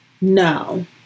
No